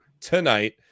tonight